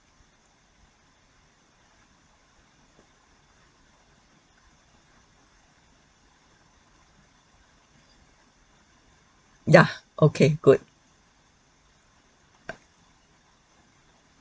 ya okay good